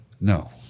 No